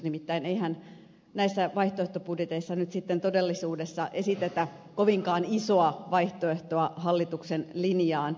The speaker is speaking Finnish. nimittäin eihän näissä vaihtoehtobudjeteissa nyt sitten todellisuudessa esitetä kovinkaan isoa vaihtoehtoa hallituksen linjalle